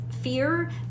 fear